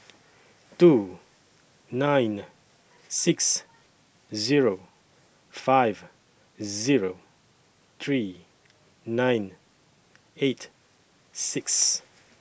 two nine six Zero five Zero three nine eight six